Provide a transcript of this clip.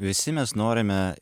visi mes norime